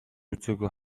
үзээгүй